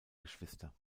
geschwister